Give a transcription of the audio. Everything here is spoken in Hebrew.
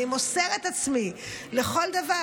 אני מוסר את עצמי לכל דבר.